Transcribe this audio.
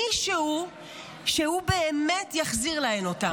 מישהו שבאמת יחזיר להן אותם.